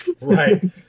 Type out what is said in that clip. Right